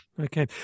Okay